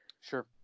Sure